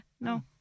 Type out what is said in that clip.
no